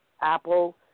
apple